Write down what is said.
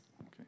Okay